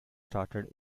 started